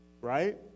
right